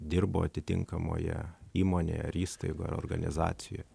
dirbo atitinkamoje įmonėj ar įstaigoj organizacijoj